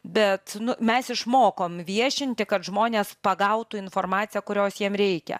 bet mes išmokom viešinti kad žmonės pagautų informaciją kurios jiem reikia